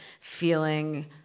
feeling